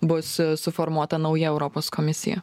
bus suformuota nauja europos komisija